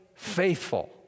faithful